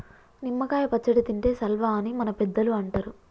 నిమ్మ కాయ పచ్చడి తింటే సల్వా అని మన పెద్దలు అంటరు